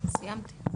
סיימתי.